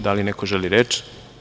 Da li neko želi reč?